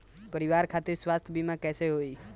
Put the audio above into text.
परिवार खातिर स्वास्थ्य बीमा कैसे होई?